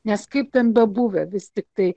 nes kaip ten bebuvę vis tiktai